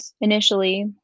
initially